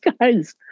guy's